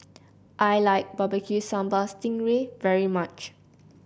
I like Barbecue Sambal Sting Ray very much